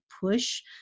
push